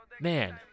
Man